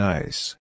Nice